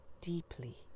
deeply